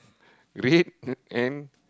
red and